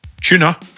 Tuna